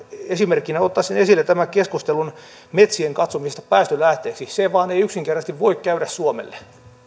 esimerkkinä ottaisin esille tämän keskustelun metsien katsomisesta päästölähteeksi se vain ei yksinkertaisesti voi käydä suomelle